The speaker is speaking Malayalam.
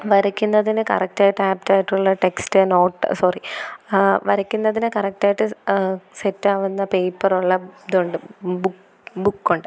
വരയ്ക്കുന്നതിന് കറക്റ്റ് ആയിട്ട് ആപ്റ്റ് ആയിട്ടുള്ള ടെക്സ്റ്റ് നോട്ട് സോറി വരയ്ക്കുന്നതിന് കറക്റ്റ് ആയിട്ട് സെറ്റാവുന്ന പേപ്പറുള്ള ഇതുണ്ട് ബുക്ക് ബുക്കുണ്ട്